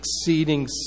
exceeding